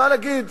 מה להגיד,